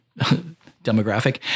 demographic